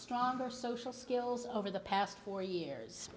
stronger social skills over the past four years